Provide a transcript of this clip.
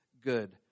good